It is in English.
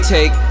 Take